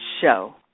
show